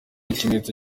ikimenyetso